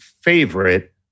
favorite